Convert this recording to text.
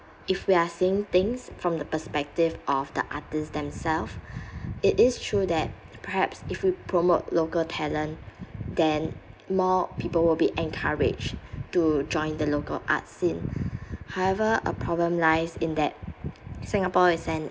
if we are seeing things from the perspective of the artists themselves it is true that perhaps if we promote local talent then more people will be encouraged to join the local arts scene however a problem lies in that singapore is an